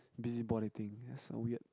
busybody thing is so weird